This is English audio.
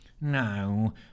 No